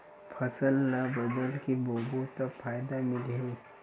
फसल ल बदल के बोबो त फ़ायदा मिलही?